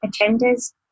agendas